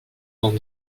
dans